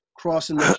crossing